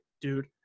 dude